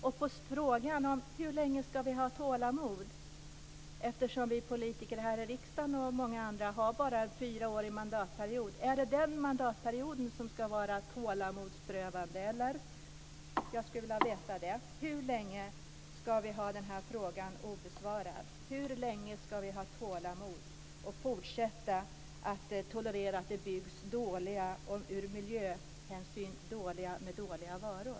Vi frågade hur länge vi ska ha tålamod. Vi politiker här i riksdagen och på många andra ställen bara har en fyraårig mandatperiod. Är det den mandatperioden som ska vara tålamodsprövande? Jag skulle vilja veta det. Hur länge ska vi ha den här frågan obesvarad? Hur länge ska vi ha tålamod och fortsätta att tolerera att det byggs dåligt och med ur miljöhänsyn dåliga varor?